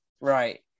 Right